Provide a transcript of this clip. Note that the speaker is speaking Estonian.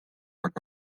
aga